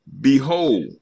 Behold